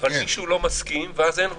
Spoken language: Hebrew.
אבל מישהו לא מסכים ואז אין רוב.